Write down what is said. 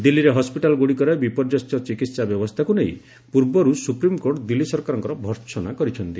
ଦିଲ୍ଲୀରେ ହସ୍କିଟାଲଗୁଡ଼ିକରେ ବିପର୍ଯ୍ୟସ୍ତ ଚିକିତ୍ସା ବ୍ୟବସ୍ଥାକୁ ନେଇ ପୂର୍ବରୁ ସୁପ୍ରିମକୋର୍ଟ ଦିଲ୍ଲୀ ସରକାରଙ୍କର ଭର୍ସନା କରିଛନ୍ତି